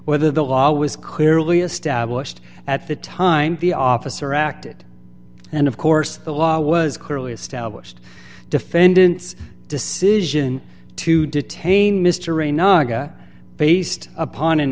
whether the law was clearly established at the time the officer acted and of course the law was clearly established defendant's decision to detain mr a naga based upon an